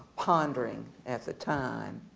pondering at the time